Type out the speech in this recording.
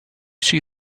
see